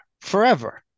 forever